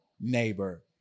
neighbor